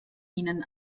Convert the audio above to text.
ihnen